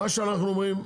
מה שאנחנו אומרים,